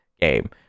game